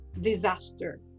disaster